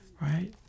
right